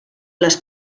les